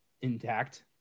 intact